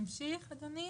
נמשיך אדוני?